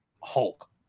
Hulk